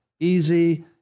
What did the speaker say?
easy